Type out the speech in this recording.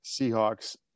Seahawks